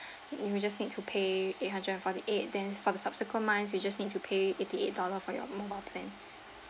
you would just need to pay eight hundred and forty eight then for subsequent months you just need to pay eighty eight dollar for your mobile plan